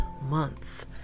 month